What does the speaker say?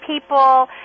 people